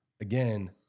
again